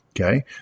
okay